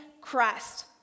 Christ